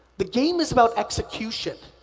the game is about execution.